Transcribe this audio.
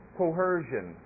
coercion